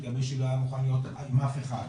כי הבן שלי לא היה מוכן להיות עם אף אחד.